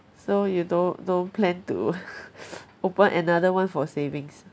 so you don't don't plan to open another one for savings